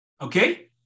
Okay